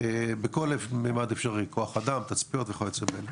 בכל ממד אפשרי: כוח אדם, תצפיות וכיוצא בזה.